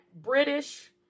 British